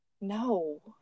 No